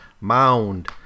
mound